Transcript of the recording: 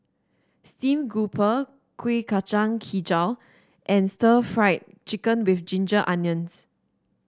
Steamed Grouper Kuih Kacang hijau and Stir Fried Chicken with Ginger Onions